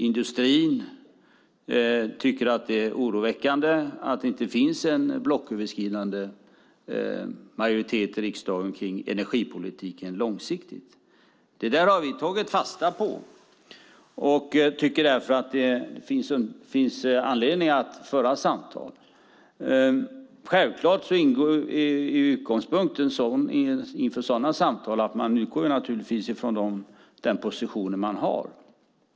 Industrin tycker att det är oroväckande att det inte finns en blocköverskridande majoritet i riksdagen om energipolitiken långsiktigt. Det har vi tagit fasta på. Vi tycker därför att det finns anledning att föra samtal. Självklart utgår man i sådana samtal från de positioner man har.